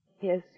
Yes